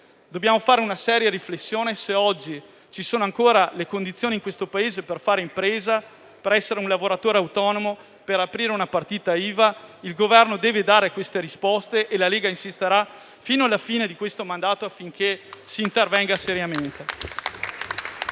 Dobbiamo fare una seria riflessione se oggi ci sono ancora le condizioni in questo Paese per fare impresa, per essere un lavoratore autonomo, per aprire una partita IVA. Il Governo deve dare queste risposte e la Lega insisterà fino alla fine di questo mandato affinché si intervenga seriamente.